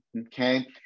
okay